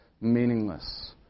meaningless